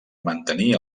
mantenir